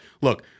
look